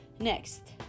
next